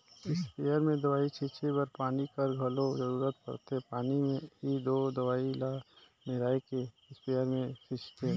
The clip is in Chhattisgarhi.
इस्पेयर में दवई छींचे बर पानी कर घलो जरूरत परथे पानी में ही दो दवई ल मेराए के इस्परे मे छींचथें